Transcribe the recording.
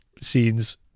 scenes